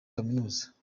kaminuza